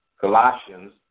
Colossians